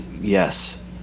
Yes